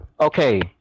Okay